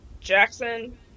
Jackson